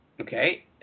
Okay